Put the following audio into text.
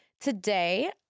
today